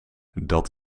dat